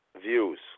views